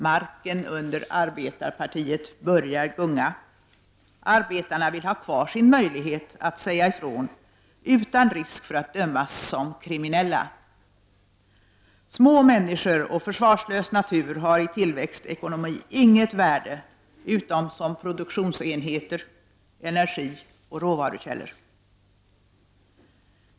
Marken under arbetarpartiet börjar gunga; arbetarna vill ha kvar sin möjlighet att säga ifrån utan risk för att dömas som kriminella. Små människor och försvarslös natur har i tillväxtekonomin inget värde utom som produktionsenheter, energioch råvarukällor.